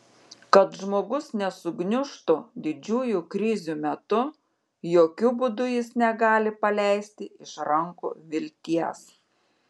kad žmogus nesugniužtų didžiųjų krizių metu jokiu būdu jis negali paleisti iš rankų vilties